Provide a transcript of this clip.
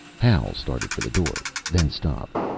hal started for the door, then stopped.